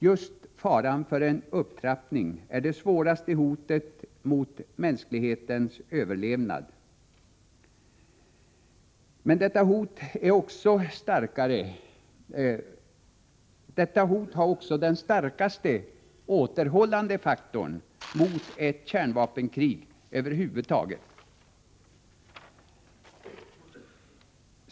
Just faran för en upptrappning är det svåraste hotet mot mänsklighetens överlevnad. Men detta hot är också den starkaste återhållande faktorn mot ett kärnvapenkrig över huvud taget.